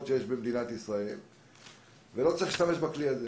שיש במדינת ישראל ולא צריך להשתמש בכלי הזה.